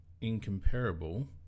incomparable